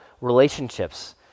relationships